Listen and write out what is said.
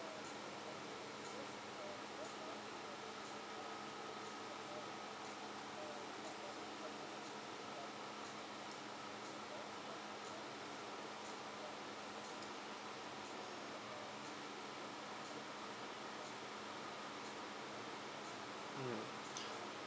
mm